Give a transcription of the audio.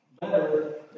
better